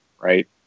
Right